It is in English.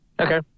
okay